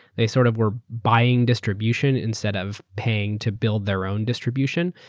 they sort of were buying distribution instead of paying to build their own distribution.